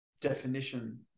definition